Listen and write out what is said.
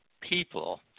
people